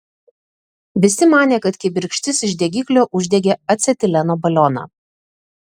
visi manė kad kibirkštis iš degiklio uždegė acetileno balioną